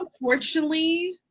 unfortunately